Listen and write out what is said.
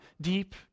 deep